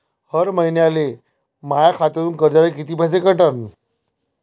हर महिन्याले माह्या खात्यातून कर्जाचे कितीक पैसे कटन?